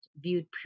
viewed